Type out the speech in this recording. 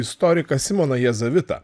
istoriką simoną jazavitą